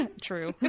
True